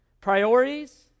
priorities